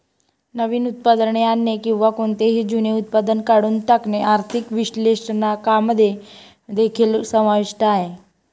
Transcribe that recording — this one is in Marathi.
नवीन उत्पादने आणणे किंवा कोणतेही जुने उत्पादन काढून टाकणे आर्थिक विश्लेषकांमध्ये देखील समाविष्ट आहे